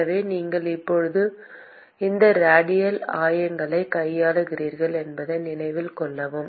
எனவே நீங்கள் இப்போது இந்த ரேடியல் ஆயங்களை கையாளுகிறீர்கள் என்பதை நினைவில் கொள்ளவும்